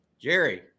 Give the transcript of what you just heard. Jerry